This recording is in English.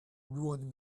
ruin